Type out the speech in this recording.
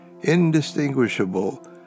indistinguishable